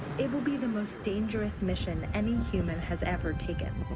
it will be the most dangerous mission any human has ever taken.